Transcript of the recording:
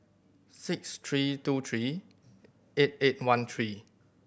six three two three eight eight one three